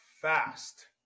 fast